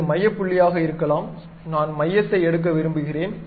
இது மைய புள்ளியாக இருக்கலாம் நான் மையத்தை எடுக்க விரும்புகிறேன்